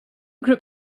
group